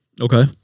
Okay